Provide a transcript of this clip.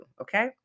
Okay